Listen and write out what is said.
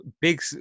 big